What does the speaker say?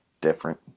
different